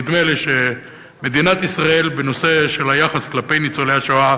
נדמה לי שמדינת ישראל בנושא היחס כלפי ניצולי השואה